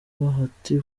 bahati